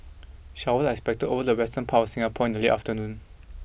showers are expected over the western part of Singapore in the late afternoon